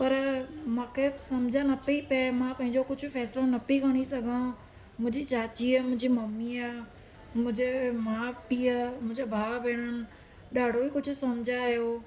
पर मूंखे सम्झि न पई पए मां पंहिंजो कुझु बि फ़ैसिलो न पई खणी सघां मुंहिंजी चाचीअ मुंहिंजी मम्मीअ मुंहिंजे माउ पीउ मुंहिंजा भाउ भेण ॾाढो कुझु सम्झायो